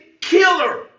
killer